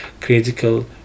critical